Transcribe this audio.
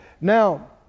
Now